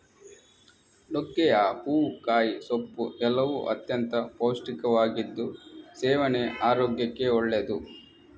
ನುಗ್ಗೆಯ ಹೂವು, ಕಾಯಿ, ಸೊಪ್ಪು ಎಲ್ಲವೂ ಅತ್ಯಂತ ಪೌಷ್ಟಿಕವಾಗಿದ್ದು ಸೇವನೆ ಆರೋಗ್ಯಕ್ಕೆ ಒಳ್ಳೆದ್ದು